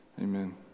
Amen